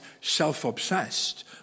self-obsessed